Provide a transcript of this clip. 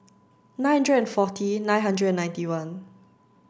nine hundred forty nine hundred ninety one